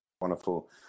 Wonderful